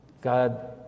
God